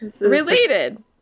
related